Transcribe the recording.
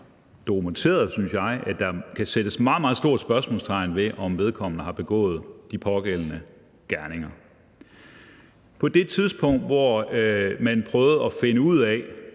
dokumenteret, synes jeg, at der kan sættes et meget, meget stort spørgsmålstegn ved, om vedkommende har begået de pågældende ugerninger. På det tidspunkt, hvor man prøvede at finde ud af,